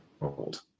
old